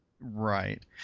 Right